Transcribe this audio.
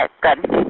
good